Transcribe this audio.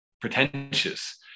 pretentious